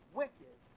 wicked